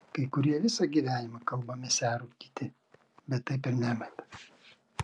kai kurie visą gyvenimą kalba mesią rūkyti bet taip ir nemeta